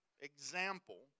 example